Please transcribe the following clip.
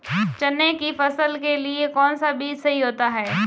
चने की फसल के लिए कौनसा बीज सही होता है?